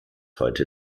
heute